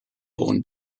born